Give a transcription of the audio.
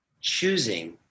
Choosing